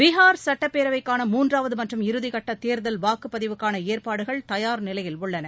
பீஹார் சட்டப்பேரவைக்கான மூன்றாவது மற்றும் இறுதிக்கட்ட தேர்தல் வாக்குப்பதிவுக்கான ஏற்பாடுகள் தயார்நிலையில் உள்ளன